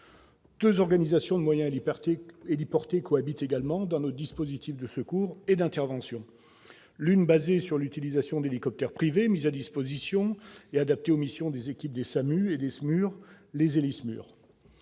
Deux organisations de moyens héliportés cohabitent également dans notre dispositif de secours et d'intervention. L'une basée sur l'utilisation d'hélicoptères privés mis à disposition et adaptés aux missions des équipes des SAMU et des SMUR : les Héli-SMUR.